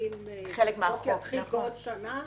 שקובעים שהחוק יתחיל בעוד שנה,